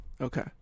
okay